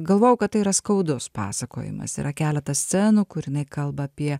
galvojau kad tai yra skaudus pasakojimas yra keletas scenų kur jinai kalba apie